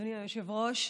אדוני היושב-ראש,